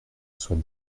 soit